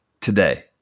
today